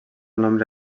nombre